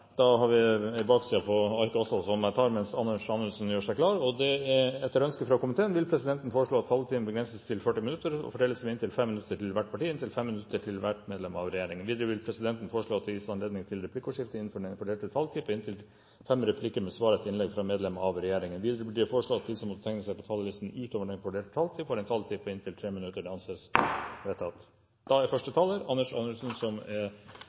Da har representanten Kjell Ingolf Ropstad på vegne av Kristelig Folkeparti tatt opp de to forslagene som foreligger omdelt på representantenes plasser i salen. Flere har ikke bedt om ordet til sak nr. 18. Etter ønske fra næringskomiteen vil presidenten foreslå at taletiden begrenses til 24 minutter og fordeles med inntil 3 minutter til hvert parti og inntil 3 minutter til medlemmer av regjeringen. Videre vil presidenten foreslå at det blir gitt anledning til replikkordskifte begrenset til tre replikker med svar etter innlegg fra medlem av regjeringen innenfor den fordelte taletid. Videre blir det foreslått at de som måtte tegne seg på talerlisten utover den fordelte taletid, får en taletid på inntil 3 minutter. – Det anses